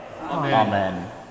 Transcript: Amen